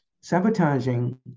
sabotaging